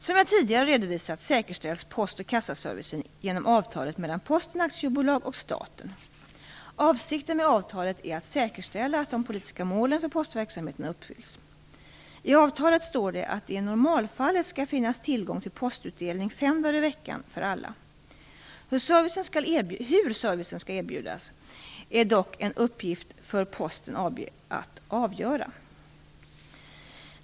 Som jag tidigare redovisat, säkerställs post och kassaservicen genom avtalet mellan Posten AB och staten. Avsikten med avtalet är att säkerställa att de politiska målen för postverksamheten uppfylls. I avtalet står det att det i normalfallet skall finnas tillgång till postutdelning fem dagar i veckan för alla. Hur servicen skall erbjudas är dock en uppgift för Posten AB att avgöra.